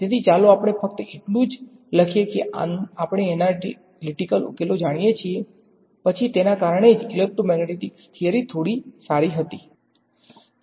તેથી ચાલો આપણે ફક્ત એટલું જ લખીએ કે આપણે એનાલીટીકલ ઉકેલો જાણીએ છીએ અને પછી તેના કારણે જ ઇલેક્ટ્રોમેગ્નેટિક થિયરી થોડી સારી હતી